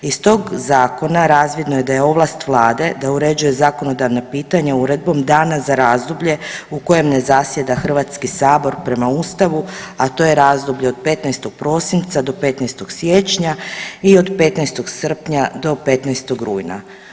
Iz tog zakona razvidno je da je ovlast Vlade da uređuje zakonodavna pitanja uredbom dana za razdoblje u kojem ne zasjeda Hrvatski sabor prema Ustavu, a to je razdoblje od 15. prosinca do 15. siječnja i od 15. srpnja do 15. rujna.